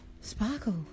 sparkle